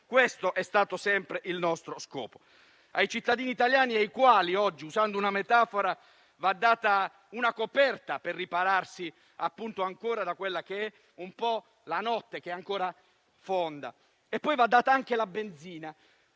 Questo è stato sempre il nostro scopo. Ai cittadini italiani oggi - usando una metafora - va data una coperta per ripararsi ancora dalla notte che è ancora fonda e poi va data anche la benzina,